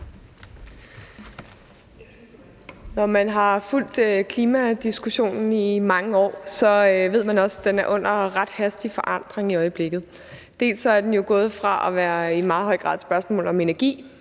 Når man har fulgt klimadiskussionen i mange år, ved man også, at den er under hastig forandring i øjeblikket. Den er gået fra i meget høj grad at være et spørgsmål om energi